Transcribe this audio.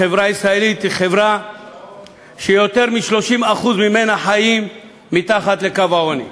החברה הישראלית היא חברה שיותר מ-30% ממנה חיים מתחת לקו העוני.